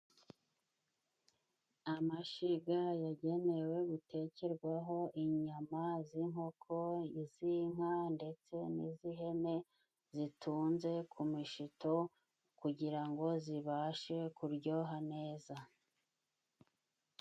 Amashiga yagenewe gutekerwaho inyama z'inkoko, z'inka ndetse n'iz'ihene zitunze ku mishito, kugira ngo zibashe kuryoha neza.